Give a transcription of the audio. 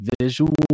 visual